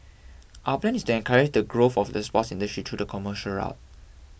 our plan is to encourage the growth of the sports industry through the commercial route